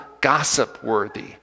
gossip-worthy